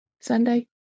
Sunday